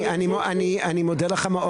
אני מודה לך מאוד.